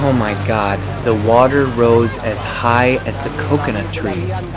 my god, the water rose as high as the coconut trees.